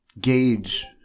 gauge –